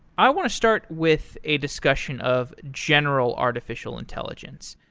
i want to start with a discussion of general artificial intelligence.